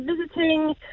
visiting